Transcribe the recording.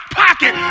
pocket